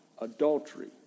adultery